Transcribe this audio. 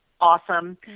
awesome